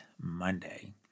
Monday